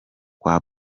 kwa